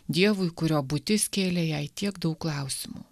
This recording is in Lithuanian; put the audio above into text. dievui kurio būtis kėlė jai tiek daug klausimų